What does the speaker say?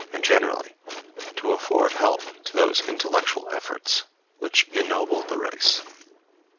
and generally to afford help to those intellectual efforts which ennoble the race.